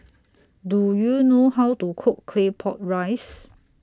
Do YOU know How to Cook Claypot Rice